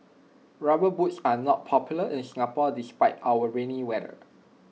rubber boots are not popular in Singapore despite our rainy weather